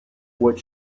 what